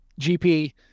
GP